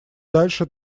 дальше